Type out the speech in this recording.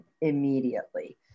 immediately